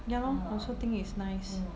ya lor I also think it's nice